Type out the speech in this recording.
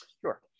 Sure